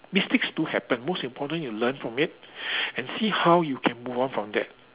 mistakes do happen most important you learn from it and see how you can move on from that